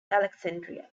alexandria